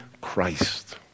Christ